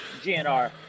GNR